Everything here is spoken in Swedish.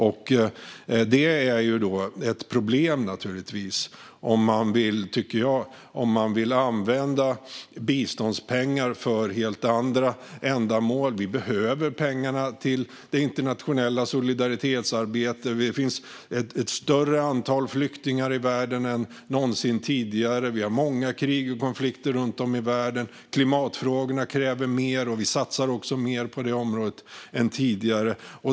Jag tycker att det är ett problem om man vill använda biståndspengar för helt andra ändamål, när vi behöver pengarna till det internationella solidaritetsarbetet. Antalet flyktingar i världen är större än någonsin tidigare. Vi har många krig och konflikter runt om i världen. Klimatfrågorna kräver mer, och vi satsar också mer på det området än tidigare.